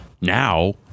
now